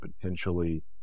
potentially